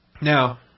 Now